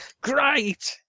great